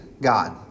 God